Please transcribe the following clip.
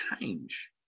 change